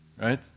Right